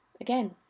again